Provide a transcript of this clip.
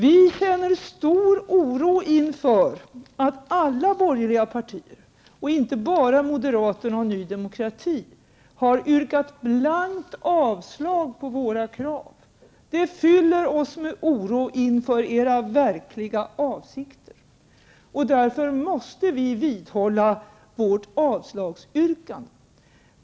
Vi känner stor oro inför att alla borgerliga partier, inte bara moderaterna och Ny Demokrati, har yrkat blankt avslag på våra krav. Det fyller oss med oro över era verkliga avsikter. Därför måste vi vidhålla vårt avslagsyrkande.